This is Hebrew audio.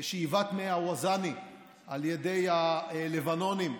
שאיבת מי הווזאני על ידי הלבנונים.